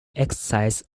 exercise